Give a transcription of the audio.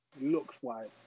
looks-wise